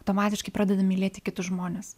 tomatiškai pradeda mylėti kitus žmones